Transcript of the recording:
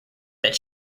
that